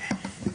ואוו.